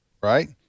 right